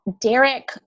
Derek